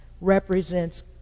represents